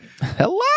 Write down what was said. Hello